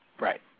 Right